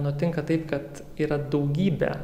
nutinka taip kad yra daugybė